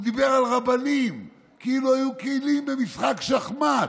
הוא דיבר על רבנים כאילו היו כלים במשחק שחמט,